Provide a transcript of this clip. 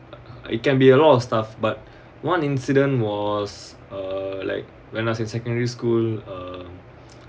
it can be a lot of stuff but one incident was uh like when I was in secondary school um